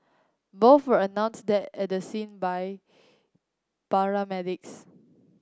both were announced dead at the scene by paramedics